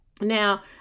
Now